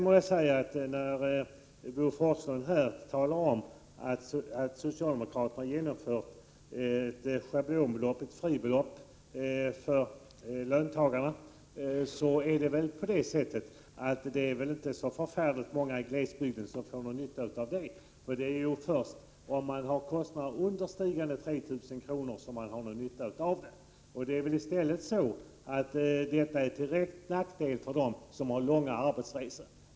Bo Forslund talade om att socialdemokraterna infört ett schablonavdrag, ett fribelopp, för löntagarna. Men det är väl inte så förfärligt många i glesbygden som får någon nytta av det, eftersom det bara är om man har kostnader som understiger 3 000 kr. som man har någon nytta av detta schablonavdrag. I stället är det till direkt nackdel för dem som har långa arbetsresor?